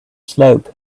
slope